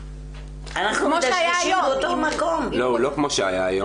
כמו שהיה היום.